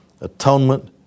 Atonement